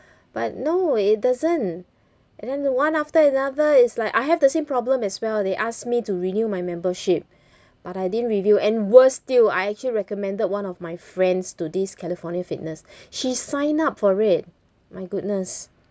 but no it doesn't and then the one after another is like I have the same problem as well they asked me to renew my membership but I didn't renew and worse still I actually recommend that one of my friends to this california fitness she sign up for it my goodness